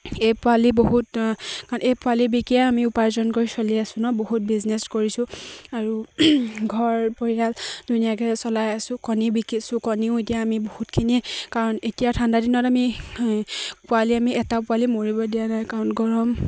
এই পোৱালি বহুত কাৰণ এই পোৱালি বিকিয়েই আমি উপাৰ্জন কৰি চলি আছোঁ ন বহুত বিজনেছ কৰিছোঁ আৰু ঘৰ পৰিয়াল ধুনীয়াকে চলাই আছোঁ কণী বিকিছোঁ কণীও এতিয়া আমি বহুতখিনিয়ে কাৰণ এতিয়া ঠাণ্ডা দিনত আমি পোৱালি আমি এটাও পোৱালি মৰিব দিয়া নাই কাৰণ গৰম